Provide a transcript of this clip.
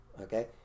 okay